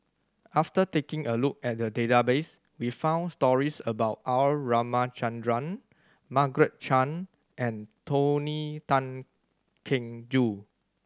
after taking a look at the database we found stories about R Ramachandran Margaret Chan and Tony Tan Keng Joo